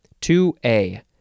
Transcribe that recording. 2A